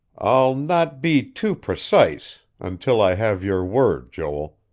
i'll not be too precise until i have your word, joel.